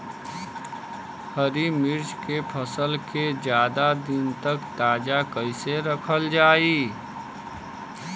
हरि मिर्च के फसल के ज्यादा दिन तक ताजा कइसे रखल जाई?